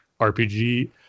RPG